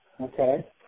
okay